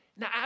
Now